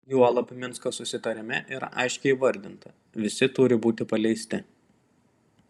juolab minsko susitarime yra aiškiai įvardinta visi turi būti paleisti